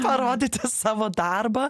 parodyti savo darbą